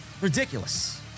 ridiculous